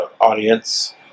audience